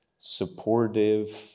supportive